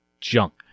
junk